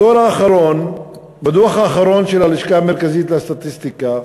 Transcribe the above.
הדוח האחרון של הלשכה המרכזית לסטטיסטיקה